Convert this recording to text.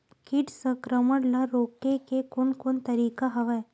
कीट संक्रमण ल रोके के कोन कोन तरीका हवय?